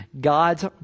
God's